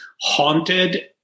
haunted